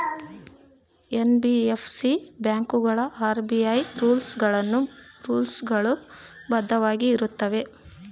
NBFC ಬ್ಯಾಂಕುಗಳು RBI rules ಗಳು ಬದ್ಧವಾಗಿ ಇರುತ್ತವೆಯ?